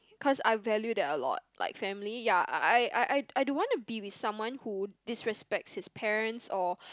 cause I value that a lot like family ya I I I I I don't want to be with someone who disrespects his parents or